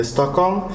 Stockholm